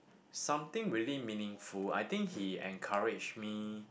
something really meaningful I think he encourage me